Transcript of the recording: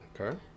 Okay